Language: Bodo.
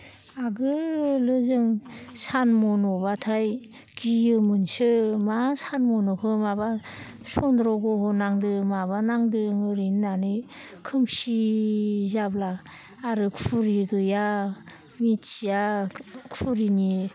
आगोलो जों सान मन'ब्लाथाय गियोमोनसो मा सान मन'खो माबा चन्द्र ग्रहन नांदो माबा नांदो ओरै होननानै खोमसि जाब्ला आरो खुरि गैया मिथिया खुरिनि